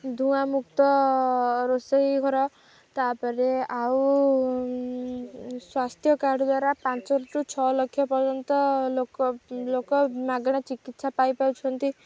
ଧୂଆଁମୁକ୍ତ ରୋଷେଇ ଘର ତାପରେ ଆଉ ସ୍ୱାସ୍ଥ୍ୟ କାର୍ଡ଼ ଦ୍ୱାରା ପାଞ୍ଚରୁୁ ଛଅ ଲକ୍ଷ ପର୍ଯ୍ୟନ୍ତ ଲୋକ ଲୋକ ମାଗଣା ଚିକିତ୍ସା ପାଇପାରୁଛନ୍ତି